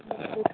okay sir